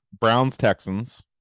Browns-Texans